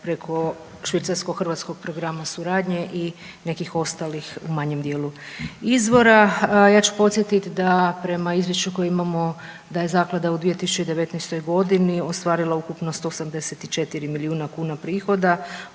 preko švicarsko-hrvatskog programa suradnje i nekih ostalih u manjem dijelu izvora. Ja ću podsjetit da prema izvješću koji imamo da je zaklada u 2019.g. ostvarila ukupno 174 milijuna kuna prihoda